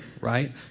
right